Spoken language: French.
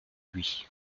lui